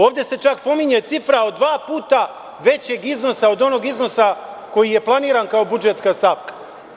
Ovde se čak pominje cifra od dva puta većeg iznosa od onog iznosa koji je planiran kao budžetska stavka.